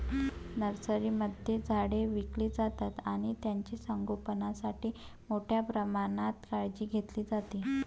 नर्सरीमध्ये झाडे विकली जातात आणि त्यांचे संगोपणासाठी मोठ्या प्रमाणात काळजी घेतली जाते